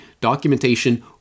documentation